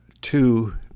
two